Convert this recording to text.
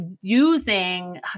using